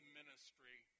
ministry